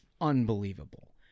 unbelievable